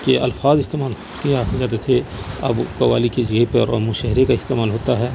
کے الفاظ استعمال کیے جاتے تھے اب قوالی کے جگہ پر اور مشاعرے کا استعمال ہوتا ہے